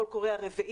הקול קורא הרביעי,